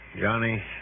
Johnny